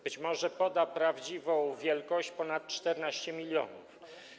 Być może poda prawdziwą wielkość - ponad 14 mln.